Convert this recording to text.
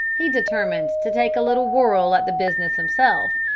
he determined to take a little whirl at the business himself,